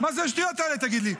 מה זה השטויות האלה, תגיד לי?